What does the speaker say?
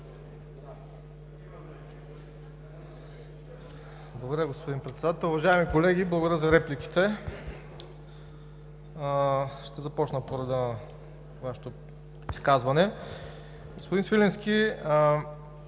Благодаря, господин Председател. Уважаеми колеги, благодаря за репликите. Ще започна по реда на Вашето изказване. Господин Свиленски,